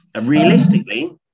Realistically